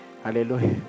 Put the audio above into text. Hallelujah